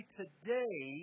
today